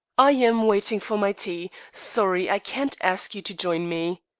i am waiting for my tea. sorry i can't ask you to join me.